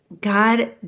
God